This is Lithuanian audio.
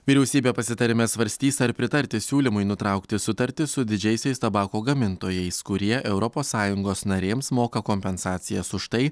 vyriausybė pasitarime svarstys ar pritarti siūlymui nutraukti sutartis su didžiaisiais tabako gamintojais kurie europos sąjungos narėms moka kompensacijas už tai